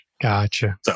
Gotcha